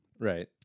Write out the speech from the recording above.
right